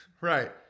Right